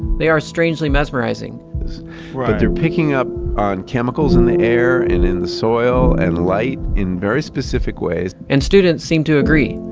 they are strangely mesmerizing. but they're picking up on chemicals in the air, and in the soil, and light in very specific ways. and students seem to agree.